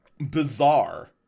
Bizarre